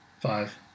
Five